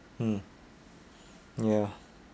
mm ya